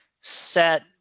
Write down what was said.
set